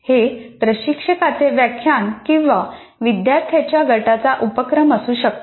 हे प्रशिक्षकाचे व्याख्यान किंवा विद्यार्थ्यांच्या गटाचा उपक्रम असू शकते